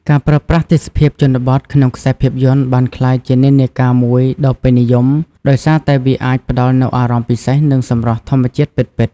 ការប្រើប្រាស់ទេសភាពជនបទក្នុងខ្សែភាពយន្តបានក្លាយជានិន្នាការមួយដ៏ពេញនិយម ដោយសារតែវាអាចផ្តល់នូវអារម្មណ៍ពិសេស និងសម្រស់ធម្មជាតិពិតៗ។